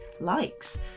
likes